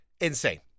insane